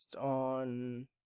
on